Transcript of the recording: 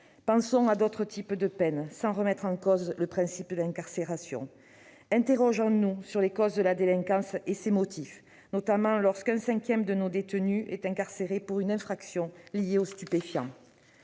Pensons à d'autres types de peines, sans remettre en cause le principe de l'incarcération. Interrogeons-nous sur les causes de la délinquance et ses motifs, notamment quand un cinquième des détenus est incarcéré pour une infraction liée aux stupéfiants.